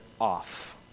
off